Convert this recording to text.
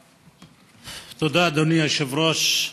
תודה, אדוני היושב-ראש.